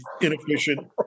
inefficient